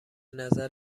نظر